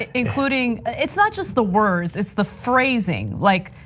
ah including ah it's not just the words. it's the phrasing like,